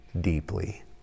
deeply